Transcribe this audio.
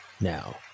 Now